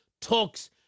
talks